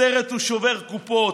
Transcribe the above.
הסרט הוא שובר קופות,